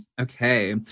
Okay